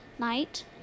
Night